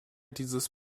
dieses